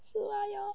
sua yeon